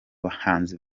bahanzi